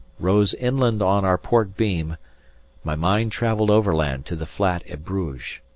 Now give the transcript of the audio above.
rose inland on our port beam my mind travelled overland to the flat at bruges,